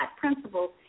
principles